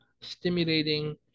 stimulating